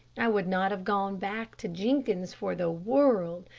i would not have gone back to jenkins' for the world,